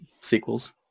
sequels